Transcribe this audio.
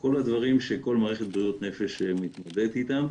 כל הדברים שכל מערכת בריאות נפש מתמודדת איתם.